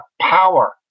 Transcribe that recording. power